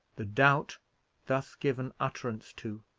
the doubt thus given utterance to,